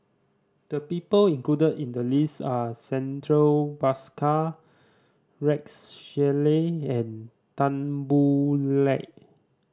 the people included in the list are Santha Bhaskar Rex Shelley and Tan Boo Liat